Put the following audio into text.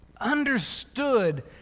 understood